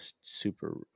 Super